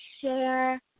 share